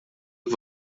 que